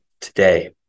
today